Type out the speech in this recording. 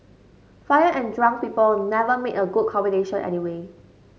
fire and drunk people never make a good combination anyway